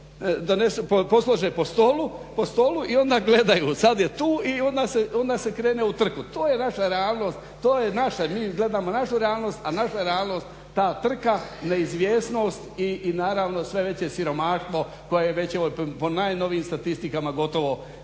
i poslože tako po stolu i onda gledaju, sad je tu i onda se krene u trku. To je naša realnost, to je naše. Mi gledamo našu realnost, a naša realnost je ta trka, neizvjesnost i naravno sve veće siromaštvo koje je već po najnovijim statistikama gotovo 35% a